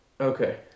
Okay